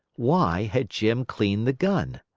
why had jim cleaned the gun?